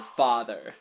father